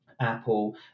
Apple